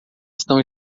estão